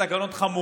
תשאל.